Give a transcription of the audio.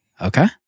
okay